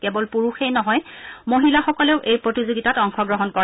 কেৱল পুৰুষেই নহয় মহিলাসকলেও এই প্ৰতিযোগিতাত অংশগ্ৰহণ কৰে